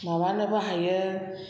माबानोबो हायो